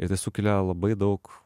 ir tai sukelia labai daug